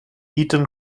eton